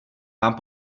vám